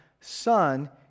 son